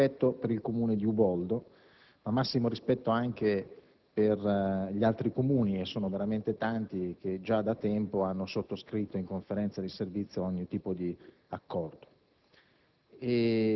Massimo rispetto per il Comune di Uboldo, ma massimo rispetto anche per gli altri Comuni - e sono veramente tanti - che, già da tempo, hanno sottoscritto in Conferenza di servizi ogni tipo di accordo